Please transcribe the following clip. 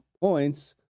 points